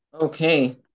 Okay